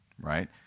right